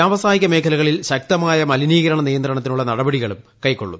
വ്യാവസായിക മേഖലകളിൽ ശക്തമായ മലിനീകരണ നിയന്ത്രണത്തിനുള്ള നടപടികളും കൈക്കൊള്ളും